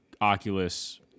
Oculus –